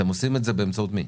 אתם עושים את זה באמצעות מי?